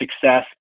success